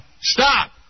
stop